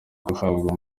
gutabwa